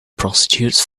prostitutes